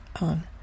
on